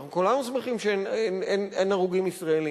אנחנו כולנו שמחים שאין הרוגים ישראלים,